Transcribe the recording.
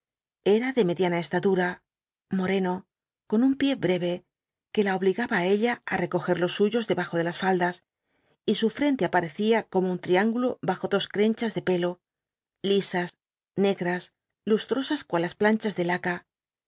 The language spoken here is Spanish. era de mediana estatura moreno con un pie breve que la obligaba á ella á recoger los suyos debajo de las faldas y su frente aparecía como un triangulo bajo dos crenchas de pelo lisas negras lustrosas cual planchas de laca